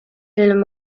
feeling